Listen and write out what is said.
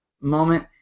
moment